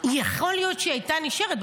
יכול להיות שהיא הייתה נשארת,